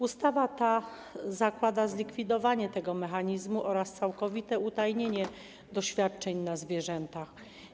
Ustawa ta zakłada zlikwidowanie tego mechanizmu oraz całkowite utajnienie wykonywania doświadczeń na zwierzętach.